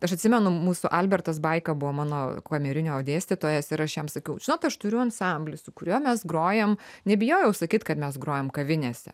aš atsimenu mūsų albertas baika buvo mano kamerinio dėstytojas ir aš jam sakiau žinot aš turiu ansamblį su kuriuo mes grojam nebijojau sakyt kad mes grojam kavinėse